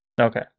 Okay